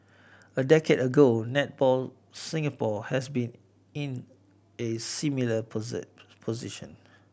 a decade ago Netball Singapore has been in a similar position